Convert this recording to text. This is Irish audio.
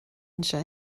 anseo